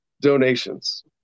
donations